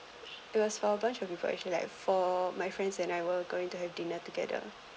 it was for a bunch of people actually like for my friends and I were going to have dinner together